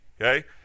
okay